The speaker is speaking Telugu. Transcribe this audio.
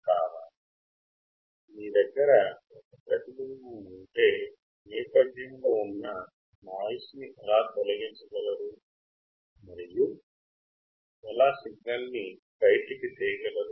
కాబట్టి ఈ చిత్రం నుండి మీరు నేపధ్యాన్ని ఎలా తొలగించగలరు మరియు మీరు తరంగాలను ఎలా బయటకు తీయగలరు